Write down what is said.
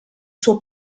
suo